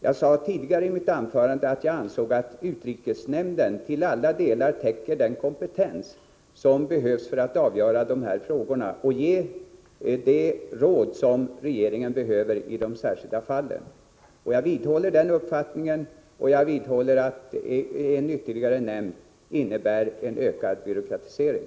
Jag sade i mitt tidigare anförande, att jag anser att utrikesnämnden till alla delar täcker den kompetens som behövs för att avgöra dessa frågor och ge de råd som regeringen behöver i de enskilda fallen. Jag vidhåller den uppfattningen liksom uppfattningen att en ytterligare nämnd innebär en ökad byråkratisering.